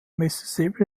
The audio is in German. mississippi